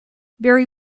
very